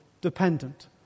dependent